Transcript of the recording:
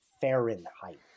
Fahrenheit